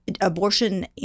Abortion